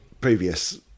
previous